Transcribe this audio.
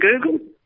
Google